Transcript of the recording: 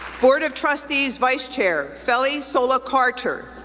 board of trustees vice chair feli sola-carter,